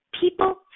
people